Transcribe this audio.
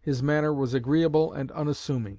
his manner was agreeable and unassuming